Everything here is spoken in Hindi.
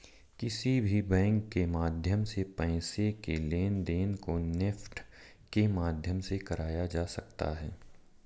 किसी भी बैंक के माध्यम से पैसे के लेनदेन को नेफ्ट के माध्यम से कराया जा सकता है